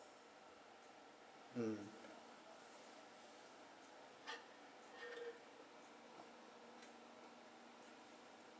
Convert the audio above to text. mm